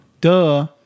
Duh